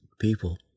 people